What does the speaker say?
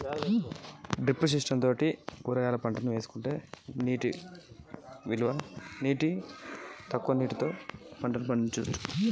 మా కూరగాయల తోటకు తక్కువ నీటిని ఉపయోగించి పంటలు పండించాలే అంటే పద్ధతులు ఏంటివి?